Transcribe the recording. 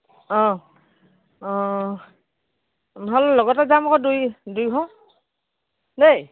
অঁ অঁ নহ'লে লগতে যাম আকৌ দুই দুইঘৰ দেই